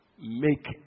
make